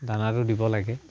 দানাটো দিব লাগে